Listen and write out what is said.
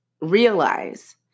realize